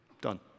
done